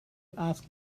ask